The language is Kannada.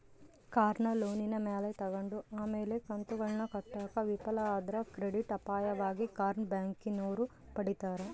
ಕಾರ್ನ ಲೋನಿನ ಮ್ಯಾಲೆ ತಗಂಡು ಆಮೇಲೆ ಕಂತುಗುಳ್ನ ಕಟ್ಟಾಕ ವಿಫಲ ಆದ್ರ ಕ್ರೆಡಿಟ್ ಅಪಾಯವಾಗಿ ಕಾರ್ನ ಬ್ಯಾಂಕಿನೋರು ಪಡೀತಾರ